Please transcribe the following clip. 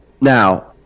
Now